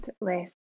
less